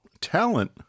Talent